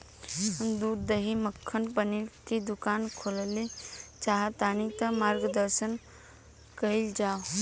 हम दूध दही मक्खन पनीर के दुकान खोलल चाहतानी ता मार्गदर्शन कइल जाव?